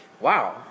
wow